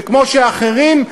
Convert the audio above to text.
וכמו אחרים,